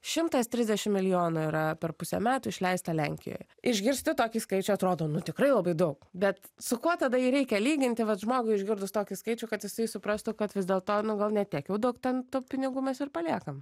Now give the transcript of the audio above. šimtas trisdešim milijonų yra per pusę metų išleista lenkijoj išgirsti tokį skaičių atrodo tikrai labai daug bet su kuo tada jį reikia lyginti vat žmogui išgirdus tokį skaičių kad jisai suprastų kad vis dėlto nu gal ne tiek jau daug ten tų pinigų mes ir paliekam